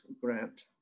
grant